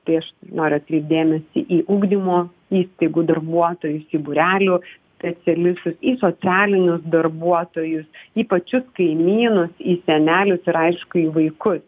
tai aš noriu atkreipti dėmesį į ugdymo įstaigų darbuotojus į būrelių specialistus į socialinius darbuotojus į pačius kaimynus į senelius ir aišku į vaikus